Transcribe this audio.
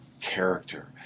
character